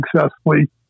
successfully